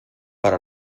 per